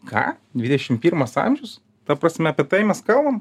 ką dvidešim pirmas amžius ta prasme apie tai mes kalbam